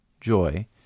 joy